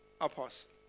apostle